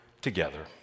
together